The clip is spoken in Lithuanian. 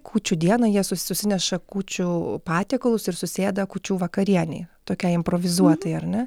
kūčių dieną jie sus susineša kūčių patiekalus ir susėda kūčių vakarienei tokiai improvizuotai ar ne